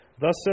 Thus